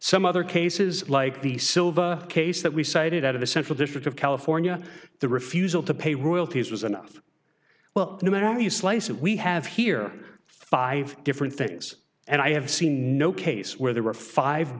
some other cases like the silva case that we cited out of the central district of california the refusal to pay royalties was a nothing well no matter how you slice it we have here five different things and i have seen no case where there were five